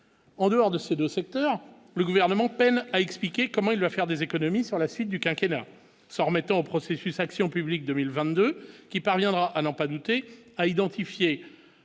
en dehors de ces 2 secteurs : le gouvernement peine à expliquer comment il va faire des économies sur la suite du quinquennat s'en remettant au processus action publique 2022 qui parviendra à n'en pas douter à identifier